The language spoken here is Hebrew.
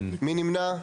מי נמנע?